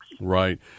Right